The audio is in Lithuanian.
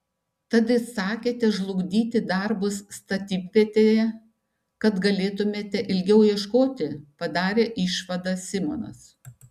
tad įsakėte žlugdyti darbus statybvietėje kad galėtumėte ilgiau ieškoti padarė išvadą simonas